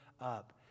up